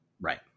Right